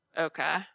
okay